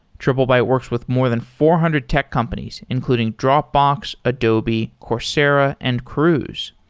triplebyte works with more than four hundred tech companies including dropbox, adobe, coursera and cruise.